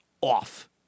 off